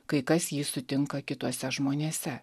kai kas jį sutinka kituose žmonėse